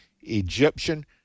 Egyptian